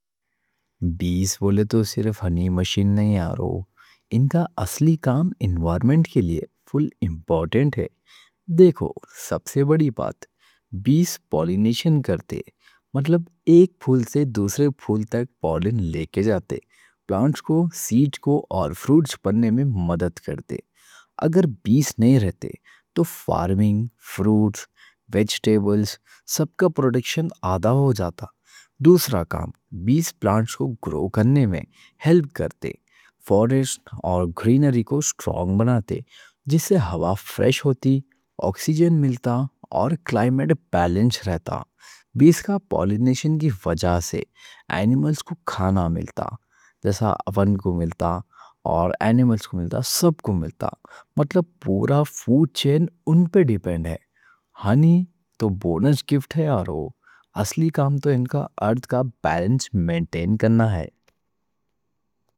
بیس بولے تو صرف ہنی مشین نہیں، ان کا اصلی کام انوائرمنٹ کے لیے فُل امپورٹنٹ دیکھو سب سے بڑی بات، بیس پولینیشن کرتے مطلب ایک پھول سے دوسرے پھول تک پولن لے کے جاتے پلانٹس کو سیڈ کو اور فروٹس بننے میں مدد کرتے اگر بیس نہیں رہتے تو فارمنگ، فروٹس، ویجٹیبلز سب کا پروڈکشن آدھا ہو جاتا دوسرا کام، بیس پلانٹس کو گرو کرنے میں ہیلپ کرتے فلوریشن اور گرینری کو سٹرونگ بناتے جس سے ہوا فریش ہوتی، اکسیجن ملتا اور کلائمیٹ بیلنس رہتا بیس کا پولینیشن کی وجہ سے اینیملز کو کھانا ملتا، جیسا اُن کو ملتا اور اینیملز کو ملتا، سب کو ملتا مطلب پورا فوڈ چین ان پہ ڈیپینڈ ہے ہنی تو بونس گفٹ ہے یارو اصلی کام تو ان کا ارتھ کا بیلنس مینٹین کرنا ہے